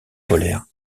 polaire